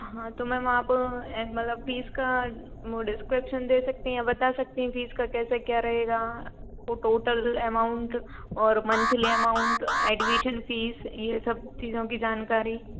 हाँ तो मैम आप ये वाला फीस का डिस्क्रिप्शन दे सकती हैं बता सकती हैं फीस का कैसे क्या रहेगा ओ टोटल एमाउन्ट और मंथली एमाउन्ट एडमिशन फीस ये सब चीज़ों की जानकारी